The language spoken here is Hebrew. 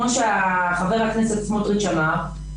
כמו שחבר הכנסת סמוטריץ' אמר,